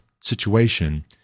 situation